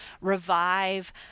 revive